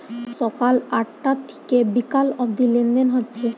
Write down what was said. সকাল আটটা থিকে বিকাল অব্দি লেনদেন হচ্ছে